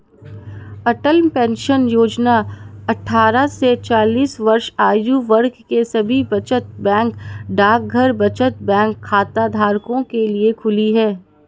अटल pension Yojana अट्ठारह से चालीस वर्ष आयु वर्ग के सभी बचत बैंक डाकघर बचत बैंक खाताधारकों के लिए खुली है